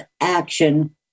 action